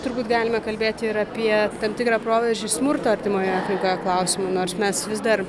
turbūt galime kalbėti ir apie tam tikrą proveržį smurto artimoje aplinkoje klausimu nors mes vis dar